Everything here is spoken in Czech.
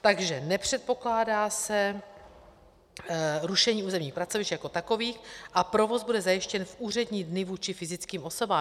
Takže nepředpokládá se rušení územních pracovišť jako takových a provoz bude zajištěn v úřední dny vůči fyzickým osobám.